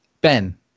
Ben